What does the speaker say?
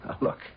look